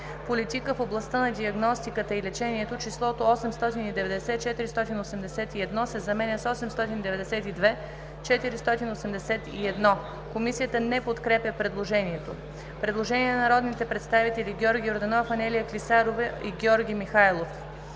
„Политика в областта на диагностиката и лечението“ числото „890 481,0“ се заменя с „892 481,0“.“ Комисията не подкрепя предложението. Предложение от народните представители Георги Йорданов, Анелия Клисарова и Георги Михайлов: